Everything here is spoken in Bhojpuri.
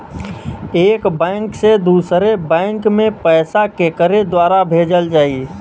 एक बैंक से दूसरे बैंक मे पैसा केकरे द्वारा भेजल जाई?